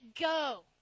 go